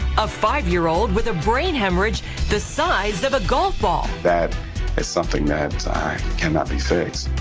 a five year old with a brain hemorrhage the size of a golf ball. that is something that cannot be fixes.